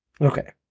Okay